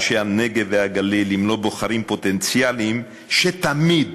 אנשי הנגב והגליל אם לא בוחרים פוטנציאליים שתמיד,